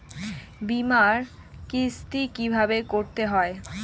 বিমার কিস্তি কিভাবে করতে হয়?